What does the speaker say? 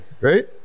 right